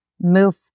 move